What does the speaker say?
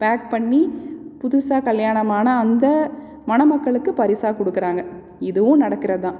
back பண்ணி புதுசாக கல்யாணமான அந்த மணமக்களுக்கு பரிசாக கொடுக்குறாங்க இதுவும் நடக்கிறதுதான்